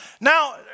Now